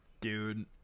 dude